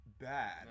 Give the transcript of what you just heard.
bad